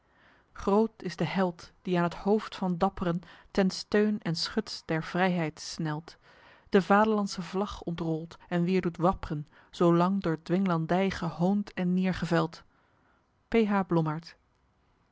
groot is de held die aen het hoofd van dappren ten steun en schuts der vryheid snelt de vaderlandsche vlag ontrolt en weêr doet wappren zoo lang door dwinglandy gehoond en neêrgeveld